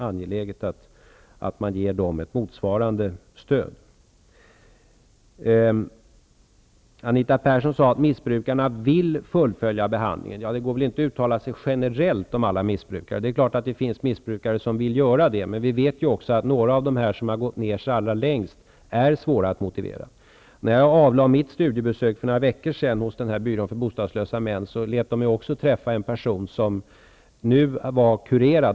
Därför är det angeläget med ett stöd. Anita Persson sade att missbrukarna vill fullfölja behandlingen. Det går nog inte att generellt uttala sig om alla missbrukare. Det är klart att det finns missbrukare som vill fullfölja behandlingen, men vi vet också att några av dem som har gått ner sig allra längst är svåra att motivera. När jag för några veckor sedan gjorde ett studiebesök hos byrån för bostadslösa män lät man mig träffa en person som nu är kurerad.